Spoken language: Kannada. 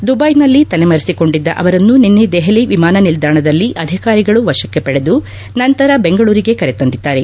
ದುಬೈನಲ್ಲಿ ತಲೆಮರೆಸಿಕೊಂಡಿದ್ದ ಅವರನ್ನು ನಿನ್ನೆ ದೆಹಲಿ ವಿಮಾನ ನಿಲ್ದಾಣದಲ್ಲಿ ಅಧಿಕಾರಿಗಳು ವಶಕ್ಷೆ ಪಡೆದು ನಂತರ ವೆಂಗಳೂರಿಗೆ ಕರೆ ತಂದಿದ್ದಾರೆ